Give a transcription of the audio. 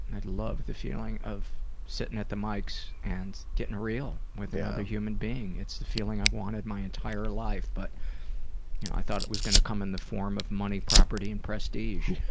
i love the feeling of sitting at the mics and getting real with a human being. it's the feeling i've wanted my entire life but i thought it was going to come in the form of money, property and prestige.